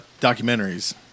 documentaries